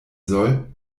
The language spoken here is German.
soll